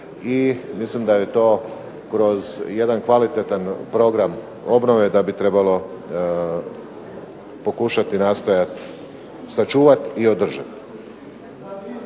mislim da bi to kroz jedan kvalitetan program obnove da bi trebalo pokušati nastojati sačuvati i održati.